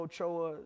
Choa